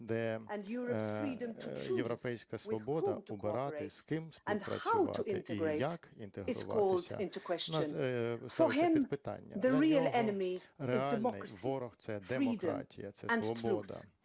де європейська свобода обирати з ким співпрацювати і як інтегруватися ставиться під питання. Для нього реальний ворог – це демократія, це свобода